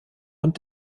und